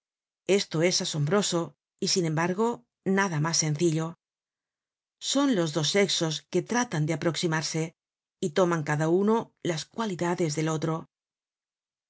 esto es asombroso y sin embargo nada mas sencillo son los dos sexos que tratan de aproximarse y toman cada uno las cualidades del otro